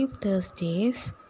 Thursdays